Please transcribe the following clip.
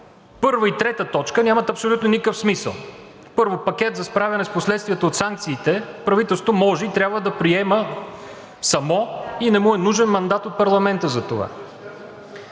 първа и трета точка нямат абсолютно никакъв смисъл. Първо, пакет за справяне с последствията от санкциите правителството може и трябва да приеме самό, и не му е нужен мандат от парламента за това.